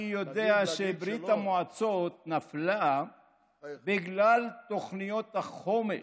אני יודע שברית המועצות נפלה בגלל תוכניות החומש,